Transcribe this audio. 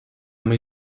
muy